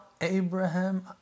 Abraham